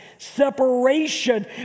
separation